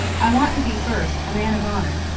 i want to be, first, a man of honour,